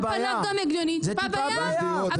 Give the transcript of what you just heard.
על פניו גם הגיוני -- זו טיפה בים.